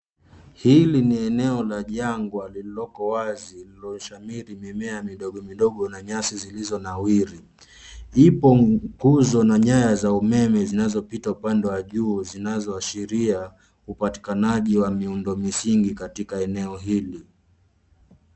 Hili ni eneo la jangwa lililoko wazi lililoshamiri mimea midogo midogo na nyasi zilizonawiri. Ipo nguzo na nyaya za umeme zinazopita upande wa juu zinazoashiria upatikanaji wa miundo misingi katika eneo hili.